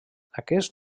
aquests